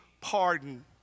pardoned